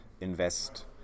invest